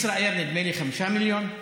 ישראייר, נדמה לי, חמישה מיליון.